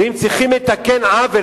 ואם צריך לתקן עוול,